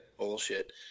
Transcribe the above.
bullshit